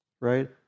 right